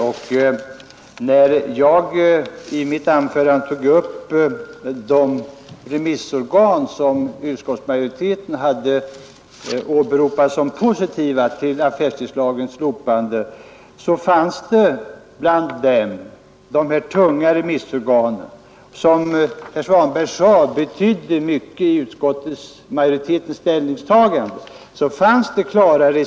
Men som jag sade i mitt anförande gjordes det klara reservationer i en del av de tunga remissorganens yttranden, som enligt herr Svanberg betydde mycket för utskottsmajoritetens ställningstagande.